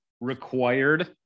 required